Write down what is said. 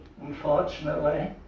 unfortunately